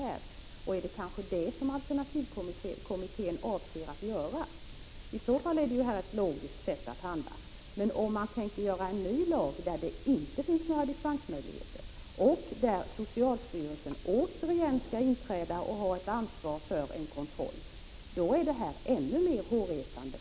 Är det kanske det som alternativmedicinkommittén avser att göra? I så fall är detta ett logiskt sätt att handla på. Men om man tänker införa en ny lag där det inte finns några dispensmöjligheter och enligt vilken socialstyrelsen återigen skall inträda och ha ett kontrollansvar, då är det här förslaget ännu mer hårresande.